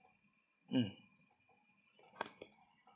mm